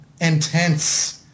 intense